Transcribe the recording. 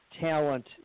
talent